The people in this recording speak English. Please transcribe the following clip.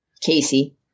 Casey